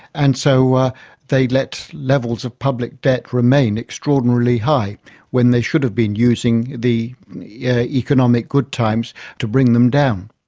and so ah they let levels of public debt remain extraordinarily high when they should have been using the yeah economic good times to bring them down.